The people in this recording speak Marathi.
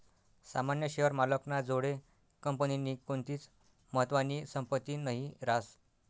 सामान्य शेअर मालक ना जोडे कंपनीनी कोणतीच महत्वानी संपत्ती नही रास